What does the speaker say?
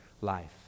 life